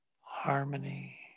harmony